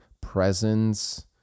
presence